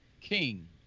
King